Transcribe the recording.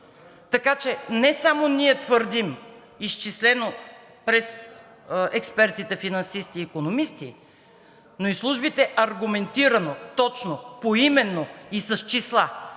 така че не само ние твърдим, изчислено през експертите финансисти и икономисти, но и службите аргументирано, точно, поименно и с числа